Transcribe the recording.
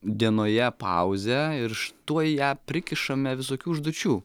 dienoje pauzę ir tuoj ją prikišame visokių užduočių